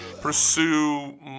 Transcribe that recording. pursue